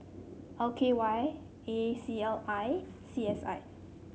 L K Y A C L I C S I